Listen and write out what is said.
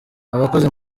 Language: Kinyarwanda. abakoze